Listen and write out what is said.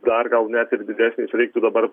dar gal net ir didesnis reiktų dabar